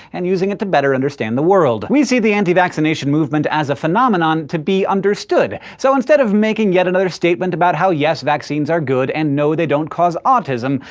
and using it to better understand the world. we see the anti-vaccination movement as a phenomenon to be understood. so instead of making yet another statement about how, yes, vaccines are good, and no, they don't cause autism,